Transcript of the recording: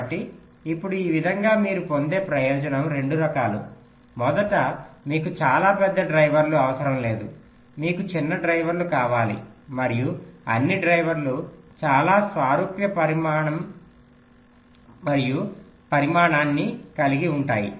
కాబట్టి ఇప్పుడు ఈ విధంగా మీరు పొందే ప్రయోజనం 2 రకాలు మొదట మీకు చాలా పెద్ద డ్రైవర్లు అవసరం లేదు మీకు చిన్న డ్రైవర్లు కావాలి మరియు అన్ని డ్రైవర్లు చాలా సారూప్య పరిమనణం మరియు పరిమాణాన్ని కలిగి ఉంటాయి